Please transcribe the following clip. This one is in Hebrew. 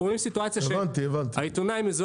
אנחנו רואים סיטואציה שהעיתונאי מזוהה